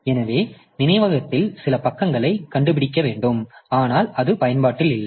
எனவே நினைவகத்தில் சில பக்கங்களைக் கண்டுபிடி ஆனால் இது பயன்பாட்டில் இல்லை